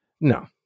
no